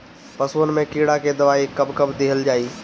पशुअन मैं कीड़ा के दवाई कब कब दिहल जाई?